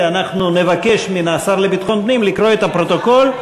ואנחנו נבקש מהשר לביטחון פנים לקרוא את הפרוטוקול,